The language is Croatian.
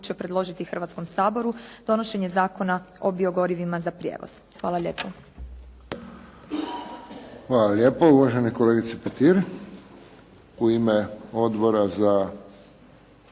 predložiti Hrvatskom saboru donošenje Zakona o biogorivima za prijevoz. Hvala lijepo. **Friščić, Josip (HSS)** Hvala lijepo uvaženoj kolegici Petir. U ime Odbora za